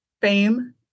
fame